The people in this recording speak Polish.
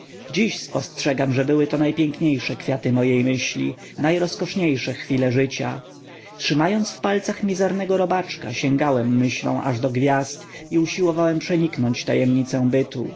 dziś spostrzegam że były to najpiękniejsze kwiaty mojej myśli najrozkoszniejsze chwile życia trzymając w palcach mizernego robaczka sięgałem myślą aż do gwiazd i usiłowałem przeniknąć tajemnice bytu